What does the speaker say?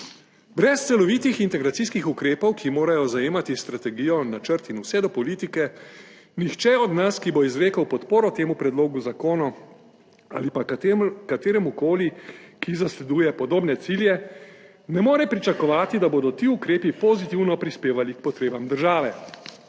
Brez celovitih integracijskih ukrepov, ki morajo zajemati strategijo, načrt in vse do politike, nihče od nas, ki bo izrekel podporo temu predlogu zakona ali pa kateremukoli, ki zasleduje podobne cilje, ne more pričakovati, da bodo ti ukrepi pozitivno prispevali k potrebam države,